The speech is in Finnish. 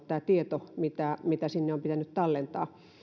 tämä tieto mitä mitä sinne on pitänyt tallentaa on